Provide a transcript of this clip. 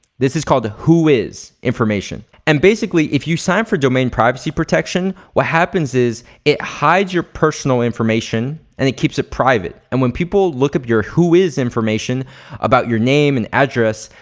this is called who is information and basically, if you sign for domain privacy protection, what happens is it hides your personal information and it keeps it private and when people look at your who is information about your name and address,